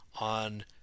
on